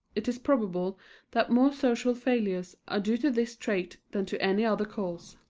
it is probable that more social failures are due to this trait than to any other cause.